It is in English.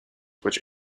which